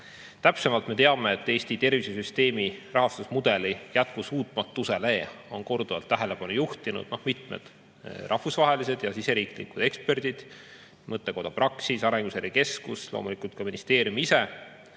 teemal. Täpsemalt, me teame, et Eesti tervishoiusüsteemi rahastusmudeli jätkusuutmatusele on korduvalt tähelepanu juhtinud mitmed rahvusvahelised ja riigisisesed eksperdid, mõttekoda Praxis, Arenguseire Keskus, loomulikult ka ministeerium ise.